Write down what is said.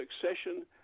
succession